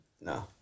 No